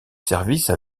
service